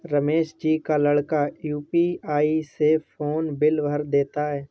रमेश जी का लड़का यू.पी.आई से फोन बिल भर देता है